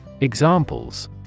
Examples